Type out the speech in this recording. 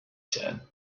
said